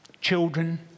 children